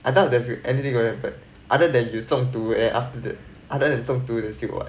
I thought there's anything going to happen other than you 中毒 and after that other than 中毒 is still what